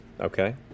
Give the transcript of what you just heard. Okay